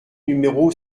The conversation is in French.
numéro